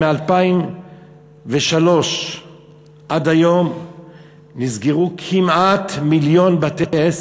מ-2003 ועד היום נסגרו כמעט מיליון בתי-עסק,